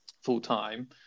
full-time